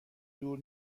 دور